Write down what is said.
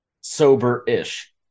sober-ish